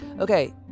okay